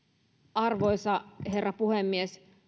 arvoisa herra puhemies